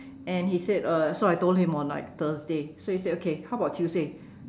and he said uh so I told him on like Thursday so he said okay how about Tuesday